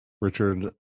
Richard